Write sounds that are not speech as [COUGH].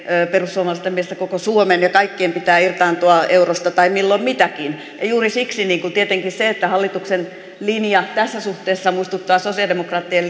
koko suomen ja kaikkien pitää irtaantua eurosta tai milloin mitäkin juuri siksi tietenkin se että hallituksen linja tässä suhteessa muistuttaa sosialidemokraattien [UNINTELLIGIBLE]